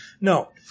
No